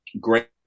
great